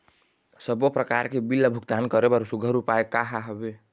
सबों प्रकार के बिल ला भुगतान करे बर सुघ्घर उपाय का हा वे?